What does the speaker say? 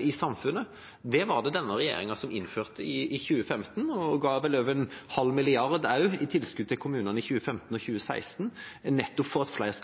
i samfunnet. Den var det denne regjeringa som innførte i 2015, og ga vel også over 0,5 mrd. kr i tilskudd til kommunene i 2015 og 2016, nettopp for at flere